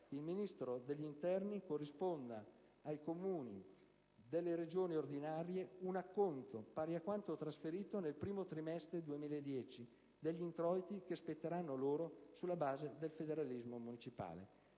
il Ministero dell'interno corrisponda ai Comuni delle Regioni ordinarie un acconto pari a quanto trasferito nel primo trimestre 2010 degli introiti che spetteranno loro sulla base del federalismo municipale.